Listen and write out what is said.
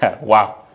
Wow